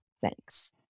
Thanks